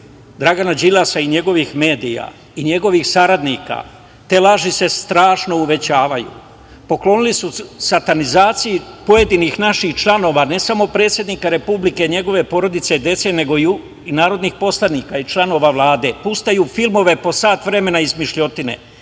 Dragana Đilasa i njegovih medija i njegovih saradnika. Te laži se strašno uvećavaju. Poklonili su satanizaciji pojedinih naših članova ne samo predsednika Republike, njegove porodice, dece, nego i narodnih poslanika i članova Vlade. Puštaju filmove po sat vremena, izmišljotine